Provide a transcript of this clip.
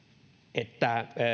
että